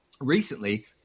recently